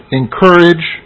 encourage